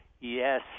yes